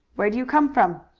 where do you come from?